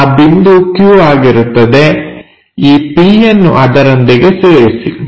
ಆ ಬಿಂದು q ಆಗಿರುತ್ತದೆ ಈ p ಯನ್ನು ಅದರೊಂದಿಗೆ ಸೇರಿಸಿ